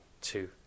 two